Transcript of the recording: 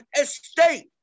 estate